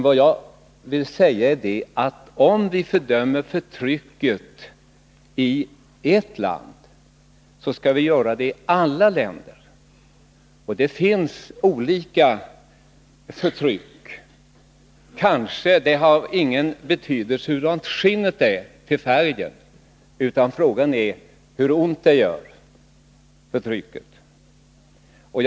Vad jag vill säga är att om vi fördömer förtrycket i ett land, skall vi göra det i alla länder där det råder förtryck. Och det finns olika slags förtryck. Kanske har inte hudfärgen någon betydelse, utan kanske är känslan — hur ont förtrycket gör — det avgörande.